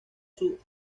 sus